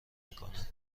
میکنند